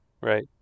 right